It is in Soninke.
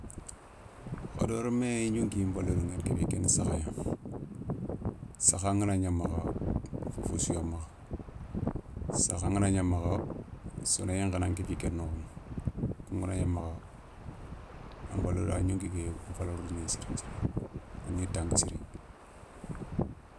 Hadama remme yonkin valeur ngueni kebe kéni saha gna, saha ngana gna makha fofo souya makha, saha ngana gna makha sonoyé nkhana kéfi ké nokho kounganagna makha an golé a gnonki ké valeur lina sirin nthiri a ni tanga siri.